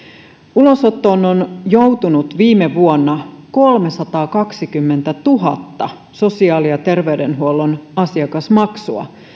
ulosottoon on joutunut viime vuonna kolmesataakaksikymmentätuhatta sosiaali ja terveydenhuollon asiakasmaksua